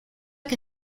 que